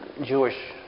Jewish